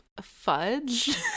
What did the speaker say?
fudge